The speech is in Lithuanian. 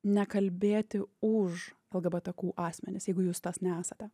nekalbėti už lgbtq asmenis jeigu jūs tas nesate